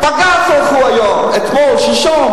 בג"ץ, הלכו היום, אתמול, שלשום.